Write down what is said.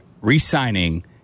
re-signing